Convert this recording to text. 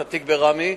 את התיק בראמה.